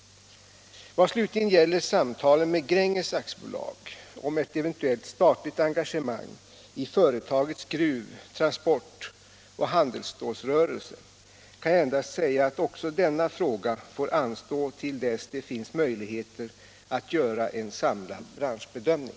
Vad slutligen gäller samtalen med Gränges AB om ett eventuellt statligt engagemang i företagets gruv-, transport-och handelsstålrörelse kan jag endast säga att också denna fråga får anstå till dess det finns möjligheter att göra en samlad branschbedömning.